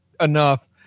enough